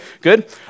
good